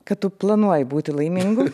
kad tu planuoji būti laimingu